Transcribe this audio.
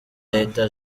leta